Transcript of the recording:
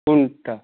কোনটা